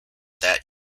that